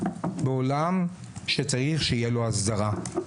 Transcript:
בעולם שצריך שתהיה לו אזהרה.